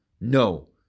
No